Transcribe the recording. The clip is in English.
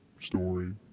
story